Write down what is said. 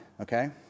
okay